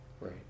Right